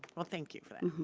well thank you for that.